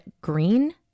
green